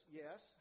yes